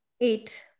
Eight